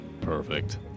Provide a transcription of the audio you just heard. Perfect